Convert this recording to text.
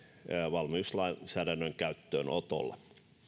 valmiuslainsäädännön käyttöönotolla